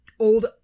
Old